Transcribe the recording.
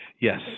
Yes